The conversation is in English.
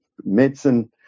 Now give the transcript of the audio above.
medicine